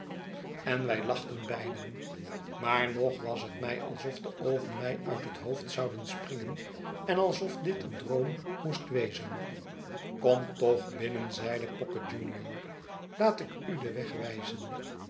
en wij lachten beiden maar nog was het mij alsof de oogen mij uit het hoofd zouden springen en alsof dit een droom moest wezen kom toch binnen zeide pocket junior laat ik u den weg